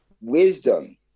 wisdom